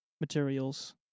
materials